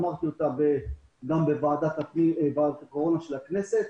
אמרתי את זה גם בוועדת הקורונה של הכנסת.